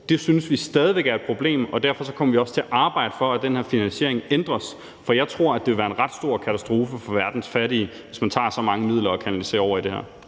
Det synes vi stadig væk er et problem, og derfor kommer vi også til at arbejde for, at den her finansiering ændres, for jeg tror, at det vil være en ret stor katastrofe for verdens fattige, hvis man tager så mange midler og kanaliserer over i det her.